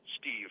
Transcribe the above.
Steve